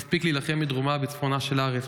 הוא הספיק להילחם בדרומה ובצפונה של הארץ.